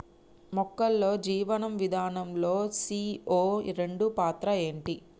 మొక్కల్లో జీవనం విధానం లో సీ.ఓ రెండు పాత్ర ఏంటి?